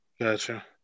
Gotcha